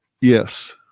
Yes